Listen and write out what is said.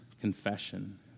confession